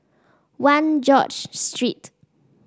One George Street